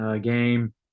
game